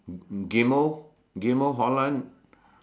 Ghim-Moh Ghim-Moh Holland